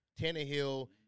Tannehill